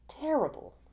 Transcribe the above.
Terrible